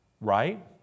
right